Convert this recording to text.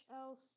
else